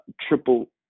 triple